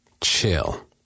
Chill